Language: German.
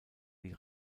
die